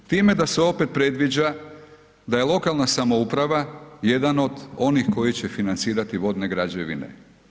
Time da se opet predviđa da je lokalna samouprava jedan od onih koji će financirati vodne građevine.